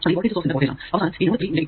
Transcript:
അത് ഈ voltage source ന്റെ വോൾടേജ് ആണ്